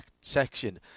section